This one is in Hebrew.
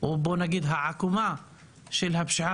וכמה שיותר לדחוף את הנושא הזה של מתקני ספורט,